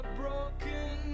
broken